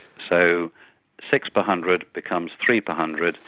so six per hundred becomes three per hundred,